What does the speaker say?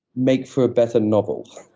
make for a better novel?